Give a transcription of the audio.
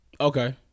okay